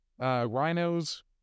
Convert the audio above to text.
Rhinos